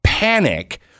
panic